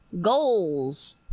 goals